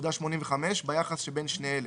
0.85 ביחס שבין שני אלה: